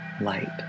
light